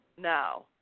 No